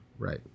right